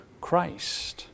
Christ